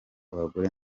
abagore